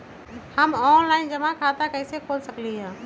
हम ऑनलाइन जमा खाता कईसे खोल सकली ह?